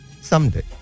Someday